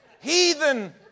Heathen